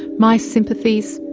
my sympathies,